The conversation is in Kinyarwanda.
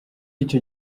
icyo